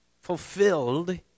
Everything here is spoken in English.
fulfilled